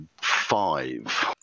Five